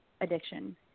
addiction